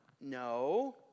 No